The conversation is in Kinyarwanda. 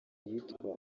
yitwa